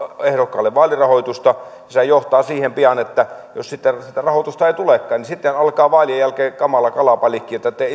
ehdokkaille vaalirahoitusta niin se johtaa pian siihen että jos sitten sitä rahoitusta ei tulekaan niin sitten alkaa vaalien jälkeen kamala kalabaliikki että te